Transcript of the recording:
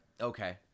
Okay